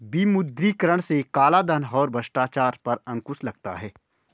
विमुद्रीकरण से कालाधन और भ्रष्टाचार पर अंकुश लगता हैं